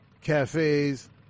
cafes